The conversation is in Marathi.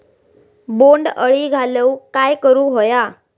बोंड अळी घालवूक काय करू व्हया?